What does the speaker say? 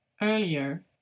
earlier